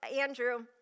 Andrew